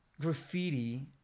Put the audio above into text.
graffiti